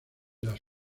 las